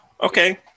okay